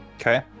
Okay